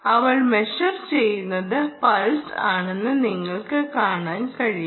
അവൾ മെഷർ ചെയ്യുന്നത് പൾസ് ആണെന്ന് നിങ്ങൾക്ക് കാണാൻ കഴിയും